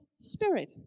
spirit